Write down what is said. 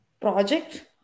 project